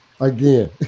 again